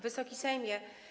Wysoki Sejmie!